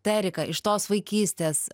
tai erika iš tos vaikystės